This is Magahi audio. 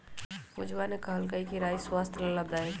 पूजवा ने कहल कई कि राई स्वस्थ्य ला लाभदायक हई